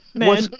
what